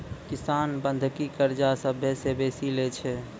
किसान बंधकी कर्जा सभ्भे से बेसी लै छै